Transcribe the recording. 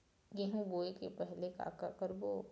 गेहूं बोए के पहेली का का करबो?